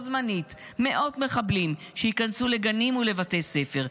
זמנית מאות מחבלים שייכנסו לגנים ולבתי ספר,